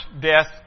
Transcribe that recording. death